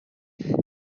even